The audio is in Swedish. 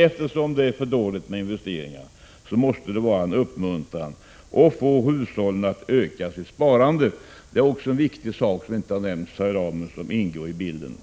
Eftersom investeringarna är otillräckliga måste det ske en uppmuntran. Man måste även få hushållen att öka sitt sparande. Det är också en viktig sak som inte har nämnts här i dag men som ingår i den ekonomiska